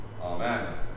Amen